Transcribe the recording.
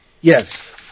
Yes